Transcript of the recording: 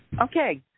Okay